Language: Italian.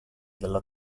della